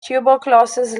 tuberculosis